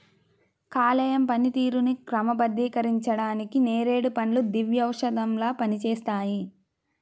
కాలేయం పనితీరుని క్రమబద్ధీకరించడానికి నేరేడు పండ్లు దివ్యౌషధంలా పనిచేస్తాయి